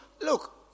look